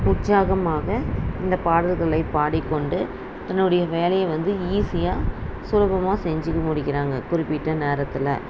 உற்சாகமாக அந்த பாடல்களை பாடிக்கொண்டு தன்னுடைய வேலையை வந்து ஈஸியாக சுலபமாக செஞ்சு முடிக்கிறாங்க குறிப்பிட்ட நேரத்தில்